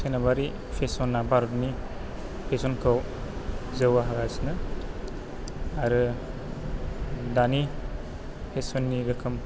सोनाबारि फेशना भारतनि फेशनखौ जौगाहोगासिनो आरो दानि फेशननि रोखोम